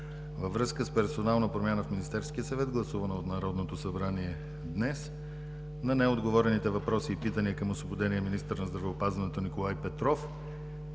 Във връзка с персонална промяна в Министерския съвет, гласувана от Народното събрание днес, на неотговорените въпроси и питания към освободения министър на здравеопазването Николай Петров,